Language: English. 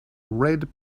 red